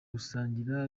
gusangira